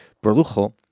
produjo